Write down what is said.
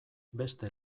beste